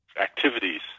activities